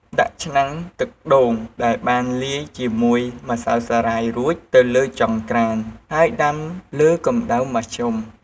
ដាក់ឆ្នាំងទឹកដូងដែលបានលាយជាមួយម្សៅសារាយរួចទៅលើចង្ក្រាន ហើយដាំលើកម្ដៅមធ្យម។